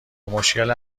مشکل